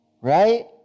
right